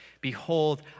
behold